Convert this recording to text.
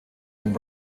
dem